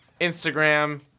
Instagram